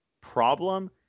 problem